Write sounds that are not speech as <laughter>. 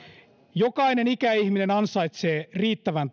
jokainen ikäihminen ansaitsee riittävän <unintelligible>